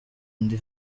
ndi